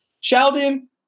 Sheldon